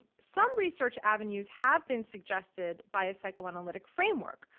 some research avenues have been suggested by a psychoanalytic framework,